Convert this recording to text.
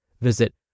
Visit